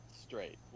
straight